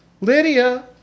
Lydia